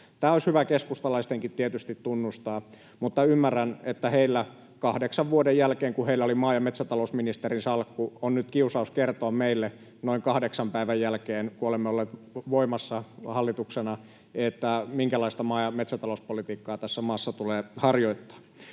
Tämä olisi hyvä keskustalaistenkin tietysti tunnustaa, mutta ymmärrän, että heillä kahdeksan vuoden jälkeen, kun heillä oli maa- ja metsätalousministerin salkku, on nyt kiusaus kertoa meille niiden noin kahdeksan päivän jälkeen, jotka olemme olleet voimassa hallituksena, minkälaista maa- ja metsätalouspolitiikkaa tässä maassa tulee harjoittaa.